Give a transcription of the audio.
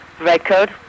record